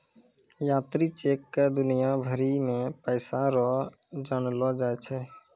यात्री चेक क दुनिया भरी मे पैसा रो जानलो जाय छै